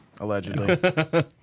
Allegedly